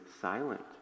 silent